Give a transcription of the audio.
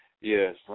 Yes